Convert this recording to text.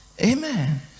amen